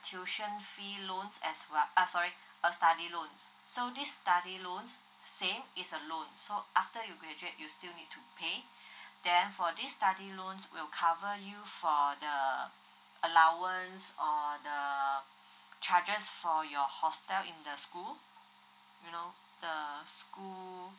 tuition fee loan as well uh sorry a study loan so this study loans same it's a loan so after you graduate you still need to pay then for this study loans will cover you for the allowance or the charges for your hostel in the school you know the school